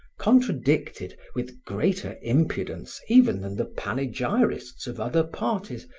contradicted, with greater impudence even than the panegyrists of other parties,